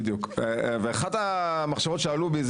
ואחת המחשבות שעלו בי,